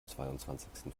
zweiundzwanzigsten